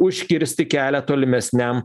užkirsti kelią tolimesniam